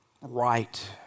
right